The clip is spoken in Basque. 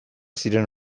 ziren